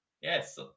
yes